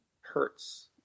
hurts